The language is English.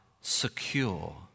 secure